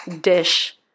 dish